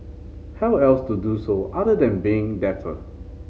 how else to do so other than being dapper